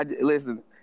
Listen